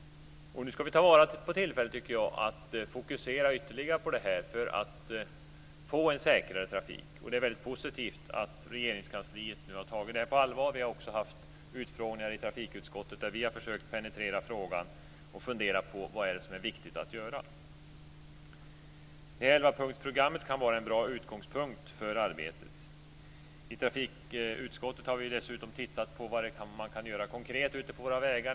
Nu skall vi ta vara på tillfället tycker jag att fokusera ytterligare på detta för att få en säkrare trafik. Det är mycket positivt att Regeringskansliet nu har tagit detta på allvar. Vi har också haft utfrågningar i trafikutskottet där vi har försökt att penetrera frågan och funderat på vad det är som är viktigt att göra. 11-punktsprogrammet kan vara en bra utgångspunkt för arbetet. I trafikutskottet har vi dessutom tittat närmare på vad man kan göra konkret ute på våra vägar.